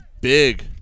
big